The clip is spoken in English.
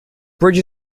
bridge